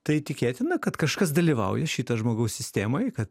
tai tikėtina kad kažkas dalyvauja šito žmogaus sistemoj ir kad